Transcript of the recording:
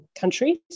countries